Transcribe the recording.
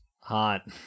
Hot